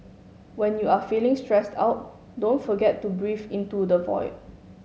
when you are feeling stressed out don't forget to breathe into the void